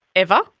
ever?